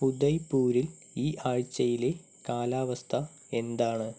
ഉദയ്പൂരിൽ ഈ ആഴ്ചയിലെ കാലാവസ്ഥ എന്താണ്